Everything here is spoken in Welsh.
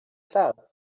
llaw